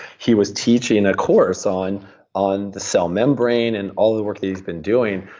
he was teaching a course on on the cell membrane and all the work that he's been doing.